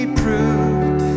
proved